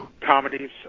comedies